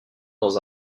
dans